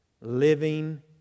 living